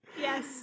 Yes